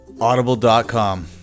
Audible.com